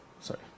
Sorry